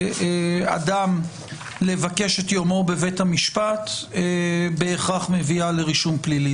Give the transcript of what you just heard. לאדם לבקש את יומו בבית המשפט בהכרח מביאה לרישום פלילי.